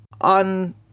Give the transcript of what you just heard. on